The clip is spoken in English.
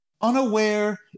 unaware